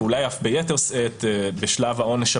ואולי אף ביתר שאת בשלב העונש הפלילי,